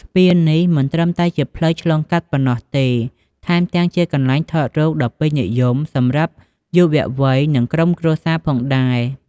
ស្ពាននេះមិនត្រឹមតែជាផ្លូវឆ្លងកាត់ប៉ុណ្ណោះទេ ថែមទាំងជាកន្លែងថតរូបដ៏ពេញនិយម សម្រាប់យុវវ័យ និងក្រុមគ្រួសារផងដែរ។